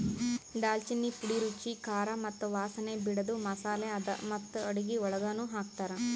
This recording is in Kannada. ದಾಲ್ಚಿನ್ನಿ ಪುಡಿ ರುಚಿ, ಖಾರ ಮತ್ತ ವಾಸನೆ ಬಿಡದು ಮಸಾಲೆ ಅದಾ ಮತ್ತ ಅಡುಗಿ ಒಳಗನು ಹಾಕ್ತಾರ್